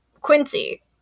Quincy